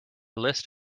list